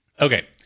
okay